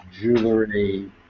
jewelry